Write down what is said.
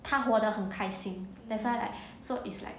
她活很开心 that's why like so it's like